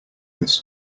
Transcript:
this